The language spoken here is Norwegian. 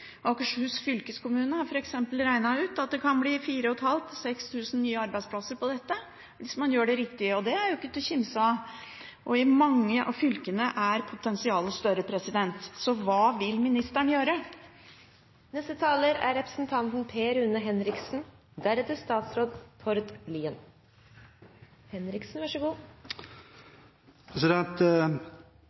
Akershus fylkeskommune har f.eks. regnet ut at det kan bli 4 500 til 6 000 nye arbeidsplasser på dette hvis man gjør det riktig. Det er ikke til å kimse av, og i mange av fylkene er potensialet større. Så hva vil ministeren gjøre? Betydningen av karbonfangst og -lagring er enorm. Det er ikke som representanten